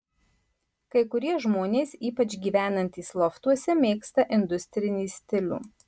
kai kurie žmonės ypač gyvenantys loftuose mėgsta industrinį stilių